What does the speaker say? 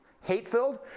hate-filled